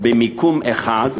במיקום אחד,